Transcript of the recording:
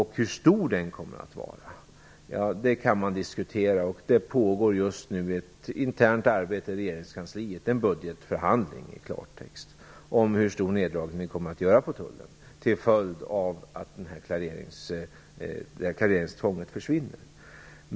Hur stor den kommer att bli kan diskuteras, och det pågår just nu ett internt arbete i regeringskansliet - det är en budgetförhandling i klartext - om hur stor nerdragning vi kommer att göra hos Tullen till följd av att det här klareringstvånget försvinner.